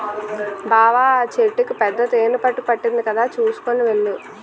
బావా ఆ చెట్టుకి పెద్ద తేనెపట్టు పట్టింది కదా చూసుకొని వెళ్ళు